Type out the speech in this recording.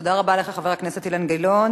תודה רבה לך, חבר הכנסת אילן גילאון.